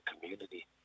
community